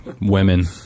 Women